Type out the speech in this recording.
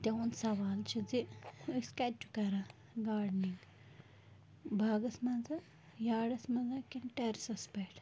تِہُنٛد سوال چھِ زِ أسۍ کَتہِ چھُ کران گاڈنِنٛگ باغَس منٛز ہہ یاڈَس منٛز ہہ کِنہٕ ٹٮ۪رِسَس پٮ۪ٹھ